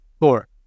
Four